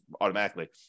automatically